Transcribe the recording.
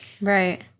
Right